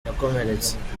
yakomeretse